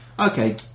okay